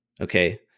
okay